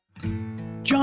John